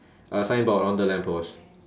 a signboard on the lamp post